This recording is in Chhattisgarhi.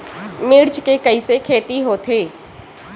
मिर्च के कइसे खेती होथे?